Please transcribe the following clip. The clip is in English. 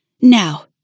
Now